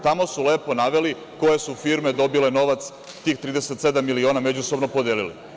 Tamo su lepo naveli koje su firme dobile novac, tih 37.000.000 međusobno podelili.